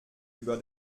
über